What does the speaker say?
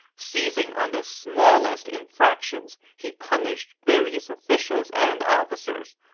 seizing on the smallest infractions, he punished various officials and officers.